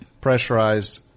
pressurized